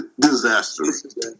disaster